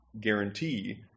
guarantee